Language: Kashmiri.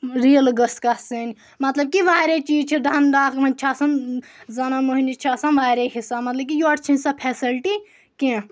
ریٖلہٕ گٔژھ گژھٕنۍ مطلب کہِ واریاہ چیٖز چھِ دنٛڈ ڈاک یِمن چھِ آسان زنان مٔہنِوِس چھ آسان واریاہ حِساب مطلب کہِ یورٕ چھنہٕ سۄ فیسَلٹی کینہہ